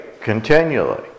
continually